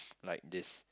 like this